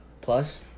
plus